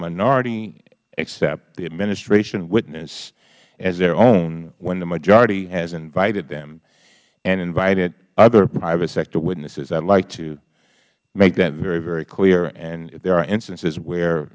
minority accept the administration's witness as their own when the majority has invited them and invited other private sector witnesses i would like to make that very very clear and there are instances where